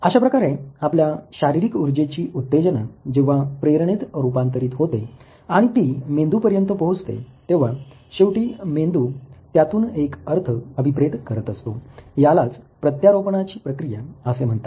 अशा प्रकारे आपल्या शारीरिक उर्जेची उत्तेजना जेव्हा प्रेरणेत रुपांतरीत होते आणि ती मेंदूपर्यंत पोहचते तेव्हा शेवटी मेंदू त्यातून एक अर्थ अभिप्रेत करत असतो यालाच प्रत्यारोपणाची प्रक्रिया असे म्हणतात